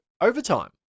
overtime